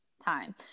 time